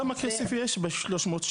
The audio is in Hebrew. כמה כסף יש ב-׳360׳?